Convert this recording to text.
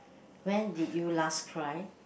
when did you last cry